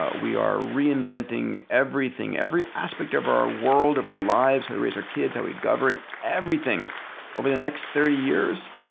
ah we are reinventing everything. every aspect of our world, of our lives, how we raise our kids, how we govern everything over the next thirty years.